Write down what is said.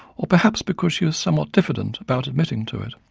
or perhaps because she was somewhat diffident about admitting to it.